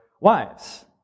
wives